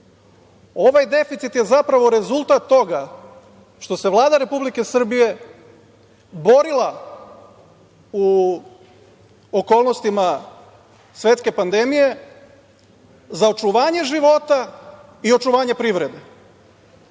Ovaj deficit je zapravo rezultat toga što se Vlada Republike Srbije borila u okolnostima svetske pandemije za očuvanje života i očuvanje privrede,